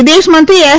વિદેશ મંત્રી એસ